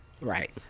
right